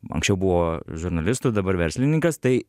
anksčiau buvo žurnalistu dabar verslininkas tai